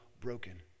broken